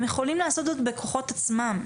הם יכולים לעשות זאת בכוחות עצמם,